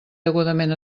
degudament